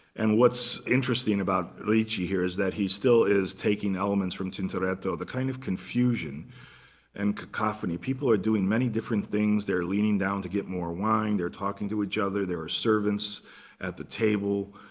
and what's interesting about ricci here is that he still is taking elements from tintoretto, the kind of confusion and cacophony. people are doing many different things. they're leaning down to get more wine. they're talking to each other. there are servants at the table.